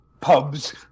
pubs